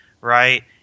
right